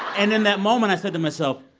and in that moment, i said to myself,